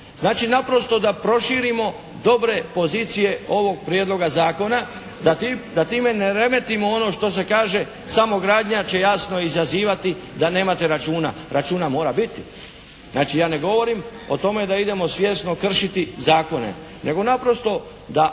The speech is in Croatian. Znači naprosto da proširimo dobre pozicije ovog Prijedloga zakona, da time ne remetimo ono što se kaže samogradnja će jasno izazivati da nemate računa. Računa mora biti. Znači ja ne govorim o tome da idemo svjesno kršiti zakone, nego naprosto da